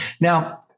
now